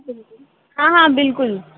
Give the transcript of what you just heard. बिल्कुलु हा हा बिल्कुलु